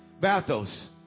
bathos